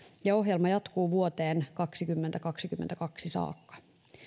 ja ohjelma jatkuu vuoteen kaksituhattakaksikymmentäkaksi saakka